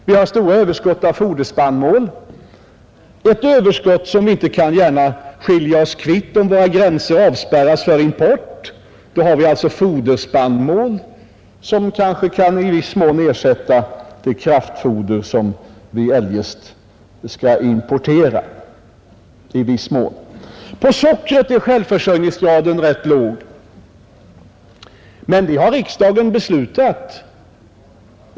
Även när det gäller foderspannmål har vi ett stort överskott, som vi inte gärna kan göra oss av med om våra gränser avspärras för import. Då har vi alltså foderspannmål, som i viss mån kan ersätta det kraftfoder som vi eljest skall importera. I fråga om sockret är självförsörjningsgraden rätt låg, men det har riksdagen beslutat.